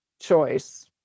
choice